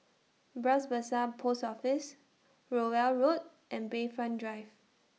Bras Basah Post Office Rowell Road and Bayfront Drive